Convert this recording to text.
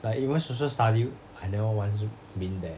like even social study I never once been there